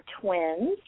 twins